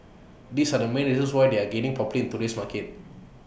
these are the main reasons why they are gaining in today's market